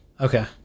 Okay